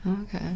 Okay